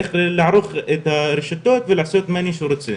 איך לערוך את הרשתות ולעשות מה שמישהו רוצה,